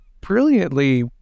brilliantly